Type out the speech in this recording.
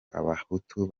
abahutu